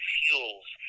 fuels